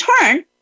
turn